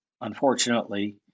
unfortunately